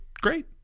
great